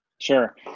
Sure